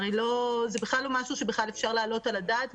זה לא משהו שבכלל אפשר להעלות על הדעת,